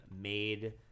made